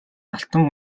алтан